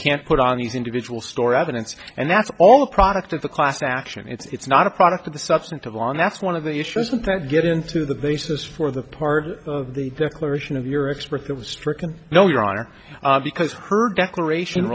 can't put on these individual store evidence and that's all a product of the class action it's not a product of the substantive on that's one of the issues with that get into the basis for the part of the declaration of your expert that was stricken no your honor because her declaration